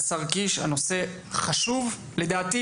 הנושא הזה חשוב גם עבורו.